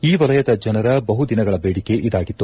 ಈ ವಲಯದ ಜನರ ಬಹು ದಿನಗಳ ಬೇಡಿಕೆ ಇದಾಗಿತ್ತು